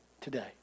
today